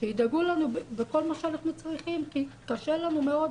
שידאגו לנו בכל מה שאנחנו צריכים כי קשה לנו מאוד